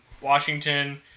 Washington